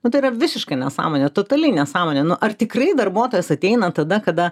nu tai yra visiška nesąmonė totali nesąmonė nu ar tikrai darbuotojas ateina tada kada